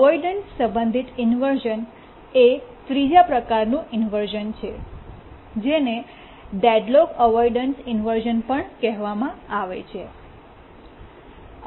avoidance સંબંધિત inversion એ ત્રીજી પ્રકારનું ઇન્વર્શ઼ન છે જેને ડેડલોક અવોઇડન્સ ઇન્વર્શ઼ન પણ કહેવામાં આવે છે